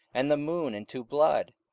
and the moon into blood,